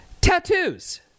tattoos